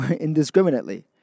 indiscriminately